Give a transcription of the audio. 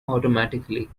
automatically